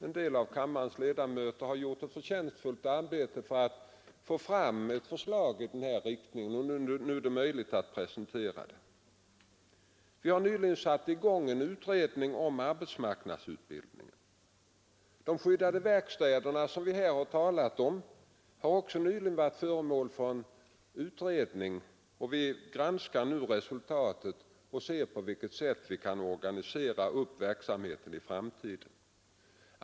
En del av kammarens ledamöter har som utredare gjort ett förtjänstfullt arbete för att få fram ett förslag i den riktningen, och nu är det möjligt att presentera det. Vi har nyligen satt i gång en utredning om arbetsmarknadsutbildningen. De skyddade verkstäderna, som vi här talat om, har också nyligen varit föremål för en utredning, och vi granskar nu resultatet och försöker komma fram till hur vi skall organisera verksamheten i framtiden.